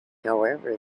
however